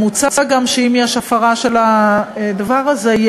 מוצע גם שאם יש הפרה של הדבר הזה,